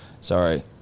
Sorry